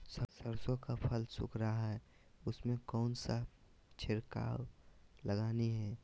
सरसो का फल सुख रहा है उसमें कौन सा छिड़काव लगानी है?